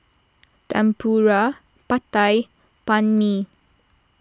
Tempura Pad Thai and Banh Mi